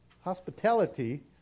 hospitality